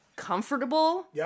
comfortable